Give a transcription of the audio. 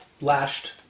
lashed